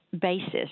basis